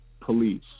police